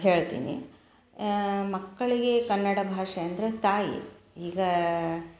ಹೇಳ್ತೀನಿ ಮಕ್ಕಳಿಗೆ ಕನ್ನಡ ಭಾಷೆ ಅಂದರೆ ತಾಯಿ ಈಗ